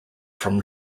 from